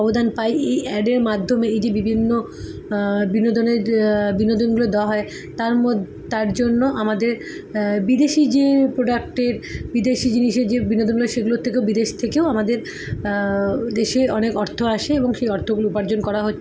অবদান পাই এই অ্যাডের মাধ্যমে এই যে বিভিন্ন বিনোদনের বিনোদনগুলো দেওয়া হয় তার মোদ তার জন্য আমাদের বিদেশি যে প্রোডাক্টের বিদেশী জিনিসের যে বিনোদন দেয় সেগুলোর থেকেও বিদেশ থেকেও আমাদের দেশে অনেক অর্থ আসে এবং সেই অর্থগুলো উপার্জন করা হো